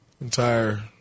entire